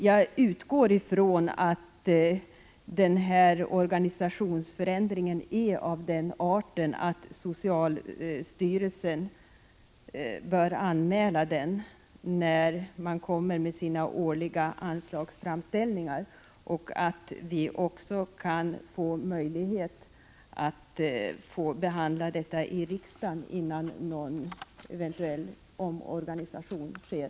Jag utgår från att organisationsförändringen är av den arten att socialstyrelsen bör anmäla den när man kommer med sina årliga anslagsframställningar och att vi också kan få möjlighet att behandla frågan här i riksdagen innan någon eventuell omorganisation sker.